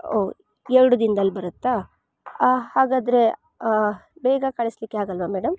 ಓಹ್ ಎರಡು ದಿನ್ದಲ್ಲಿ ಬರುತ್ತಾ ಹಾಗಾದರೆ ಬೇಗ ಕಳಿಸ್ಲಿಕ್ಕೆ ಆಗೋಲ್ವಾ ಮೇಡಮ್